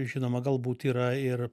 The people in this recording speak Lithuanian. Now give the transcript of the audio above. žinoma galbūt yra ir